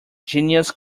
genius